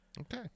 Okay